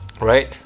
right